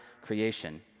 creation